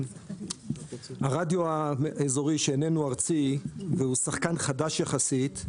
הרדיו האזורי שאיננו ארצי והוא שחקן חדש יחסית,